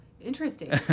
Interesting